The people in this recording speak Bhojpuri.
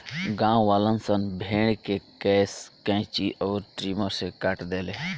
गांववालन सन भेड़ के केश कैची अउर ट्रिमर से काट देले